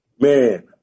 Man